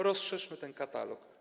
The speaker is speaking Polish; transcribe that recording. Rozszerzmy ten katalog.